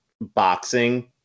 boxing